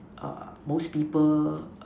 err most people